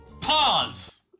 Pause